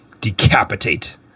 decapitate